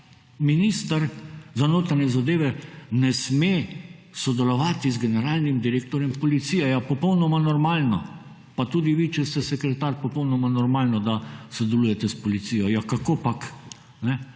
minister za notranje zadeve ne sme sodelovati z generalnim direktorjem policije, ja, popolnoma normalno, pa tudi vi, če ste sekretar, popolnoma normalno, da sodelujete s policijo, ja kakopak.